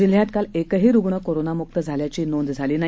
जिल्ह्यात काल एकही रुग्ण कोरोनामुक्त झाल्याची नोंद झाली नाही